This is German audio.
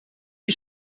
die